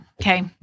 Okay